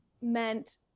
meant